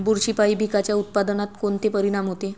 बुरशीपायी पिकाच्या उत्पादनात कोनचे परीनाम होते?